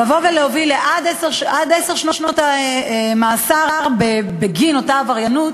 לבוא ולהוביל לעד עשר שנות מאסר בגין אותה עבריינות,